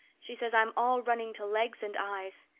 she says i'm all running to legs and eyes.